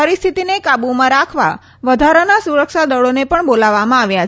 પરિસ્થિતિને કાબુમાં રાખવા વધારાના સુરક્ષા દળોને પણ બોલાવવામાં આવ્યા છે